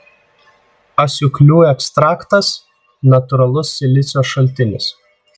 asiūklių ekstraktas natūralus silicio šaltinis